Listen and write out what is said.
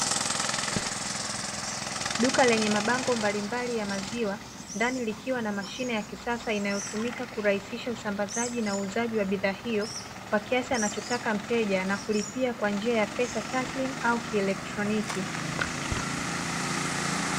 Duka lenye mabango mbalimbali ya maziwa, ndani likiwa na mashine ya kisasa inayotumika kurahisisha usambazaji na uuzaji wa bidhaa hio, kwa kiasi anachotaka mteja na kulipia kwa njia ya pesa tasilimu au kielektoniki.